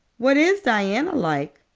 what is diana like?